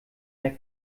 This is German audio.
der